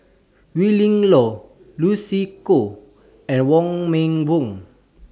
Willin Low Lucy Koh and Wong Meng Voon